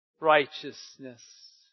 righteousness